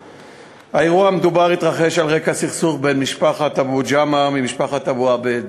האירוע המדובר התרחש על רקע סכסוך בין משפחת אבו ג'אמע ומשפחת אבו עביד